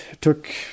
took